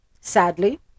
Sadly